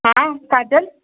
हा काजल